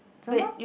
some more